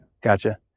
gotcha